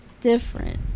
different